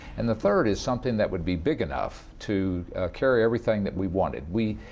and the third is something that would be big enough to carry everything that we wanted. we,